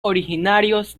originarios